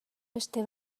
beste